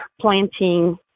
planting